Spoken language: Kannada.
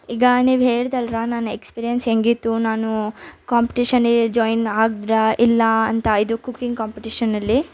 ಈಗ ನೀವು ಹೇಳಿದ್ರಲ್ರ ನನ್ನ ಎಕ್ಸ್ಪೀರಿಯನ್ಸ್ ಹೇಗಿತ್ತು ನಾನು ಕಾಂಪ್ಟಿಷನ್ಗೆ ಜಾಯಿನ್ ಆದ್ರಾ ಇಲ್ಲ ಅಂತ ಇದು ಕುಕ್ಕಿಂಗ್ ಕಾಂಪಿಟಿಷನ್ನಲ್ಲಿ